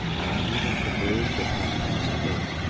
i am leaving for bruges at half-past eight,